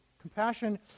compassion